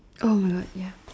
!oh-my-God! ya